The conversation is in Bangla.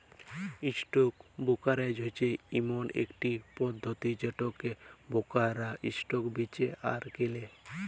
ইসটক বোরকারেজ হচ্যে ইমন একট পধতি যেটতে বোরকাররা ইসটক বেঁচে আর কেলে